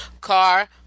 Car